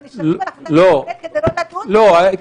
הם נשענים על החלטת הקבינט כדי לא לדון בהן בכלל.